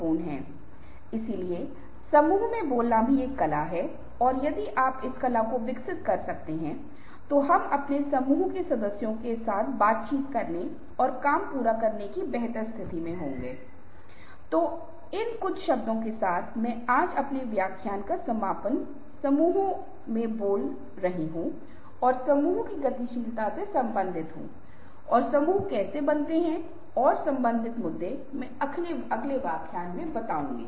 दूसरे शब्दों में सबसे पहले अपने बड़े मुद्दों के लिए समय स्लॉट्स की योजना बनाएं या अपरिहार्य रेत और पानी का मुद्दा आपके दिनों को भर देगा और आप बड़े मुद्दों को बढ़ावा नहीं देंगे ध्यान दें कि बड़ा काम जरूरी काम नहीं है यह एक छुट्टी हो सकता है और फिर आप सोचते हैं कि आप समय का प्रबंधन कैसे करते हैं